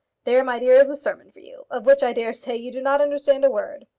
there, my dear, is a sermon for you, of which, i dare say, you do not understand a word.